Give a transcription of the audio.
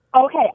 okay